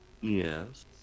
Yes